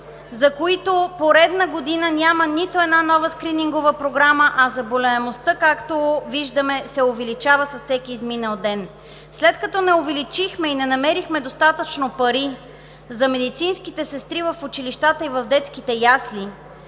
за които поредна година няма нито една нова скринингова програма, а заболяемостта, както виждаме, се увеличава с всеки изминал ден? След като не увеличихме и не намерихме достатъчно пари за медицинските сестри в училищата и в детските ясли,